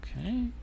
Okay